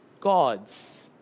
gods